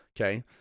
Okay